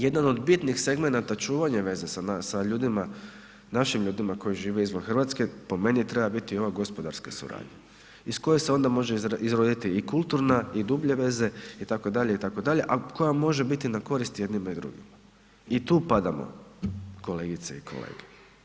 Jedan od bitnih segmenata čuvanja veze sa ljudima, našim ljudima koji žive izvan RH po meni treba biti ona gospodarska suradnja iz koje se onda može izroditi i kulturna i dublje veze itd., itd., a koja može biti na korist i jednima i drugima i tu padamo kolegice i kolege.